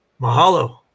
Mahalo